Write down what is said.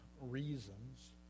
reasons